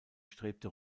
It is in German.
strebte